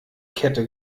kette